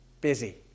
busy